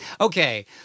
Okay